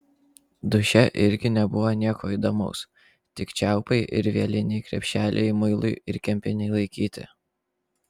duše irgi nebuvo nieko įdomaus tik čiaupai ir vieliniai krepšeliai muilui ir kempinei laikyti